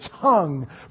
tongue